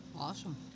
Awesome